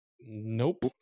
Nope